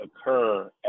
occur